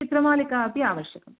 चित्रमालिका अपि आवश्यकम्